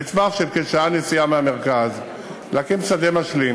בטווח של כשעה נסיעה מהמרכז להקים שדה משלים.